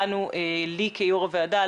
לי כיו"ר הוועדה,